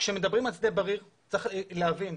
כשמדברים על שדה בריר צריך להבין,